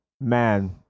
man